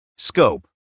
Scope